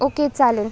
okay चालेल